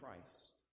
Christ